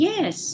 Yes